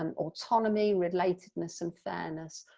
um autonomy, relatedness and fairness,